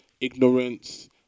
ignorance